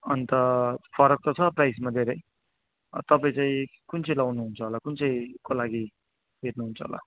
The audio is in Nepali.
अन्त फरक त छ प्राइसमा धेरै तपाईँ चाहिँ कुन चाहिँ लाउनुहुन्छ कुन चाहिँको लागि हेर्नुहुन्छ होला